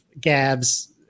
Gab's